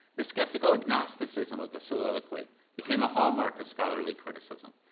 the skeptical agnosticism of the soliloquy became a hallmark of scholarly criticism,